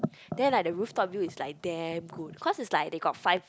then like the rooftop view is like damn good cause it's like they got five